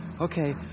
Okay